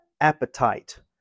appetite